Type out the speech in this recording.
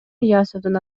ильясовдун